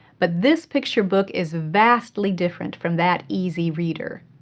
but this picture book is vastly different from that easy reader.